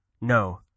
No